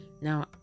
now